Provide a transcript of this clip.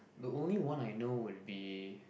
the only one I know would be